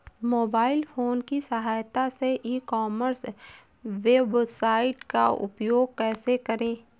Mobile phone की सहायता से ई कॉमर्स वेबसाइट का उपयोग कैसे करें?